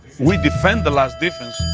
we defended the last defense,